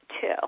two